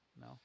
no